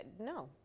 no